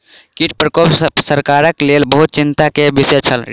कीट प्रकोप सरकारक लेल बहुत चिंता के विषय छल